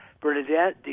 Bernadette